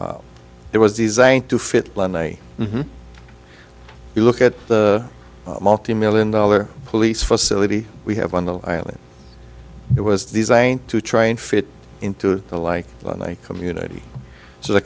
there was designed to fit you look at the multi million dollar police facility we have on the island it was designed to try and fit into the like a community so the